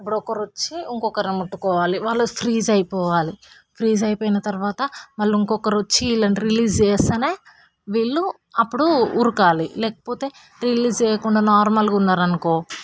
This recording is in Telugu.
ఇప్పుడు ఒకరు వ చ్చి ఇంకొకొకరిని ముట్టుకోవాలి వాళ్ళు ఫ్రీజ్ అయిపోవాలి ఫ్రీజ్ అయిపోయిన తర్వాత మళ్ళా ఇంకొకరు వచ్చి వీళ్ళని రిలీజ్ చేస్తేనే వీళ్ళు అప్పుడు ఉరకాలి లేకపోతే రిలీజ్ చేయకుండా నార్మల్గా ఉన్నారనుకో